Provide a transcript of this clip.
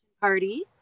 Party